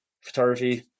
photography